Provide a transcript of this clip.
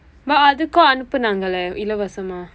but அதுக்கும் அனுப்புனாங்களே இலவசமா:athukkum anuppunaangkalee ilavasamaa